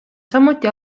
samuti